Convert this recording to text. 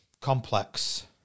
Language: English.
complex